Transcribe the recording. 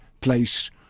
place